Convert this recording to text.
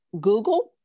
Google